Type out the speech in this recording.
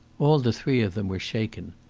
all the three of them were shaken.